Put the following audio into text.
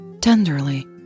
Tenderly